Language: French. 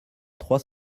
trois